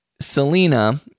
Selena